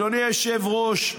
אדוני היושב-ראש,